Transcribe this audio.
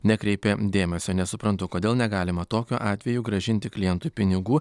nekreipė dėmesio nesuprantu kodėl negalima tokiu atveju grąžinti klientui pinigų